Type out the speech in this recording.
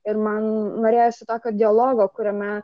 ir man norėjosi tokio dialogo kuriame